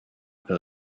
there